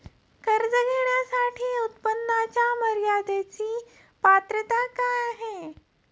कर्ज घेण्यासाठी उत्पन्नाच्या मर्यदेची पात्रता आहे का?